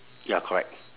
ya correct